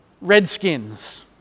redskins